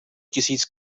tisíc